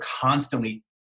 constantly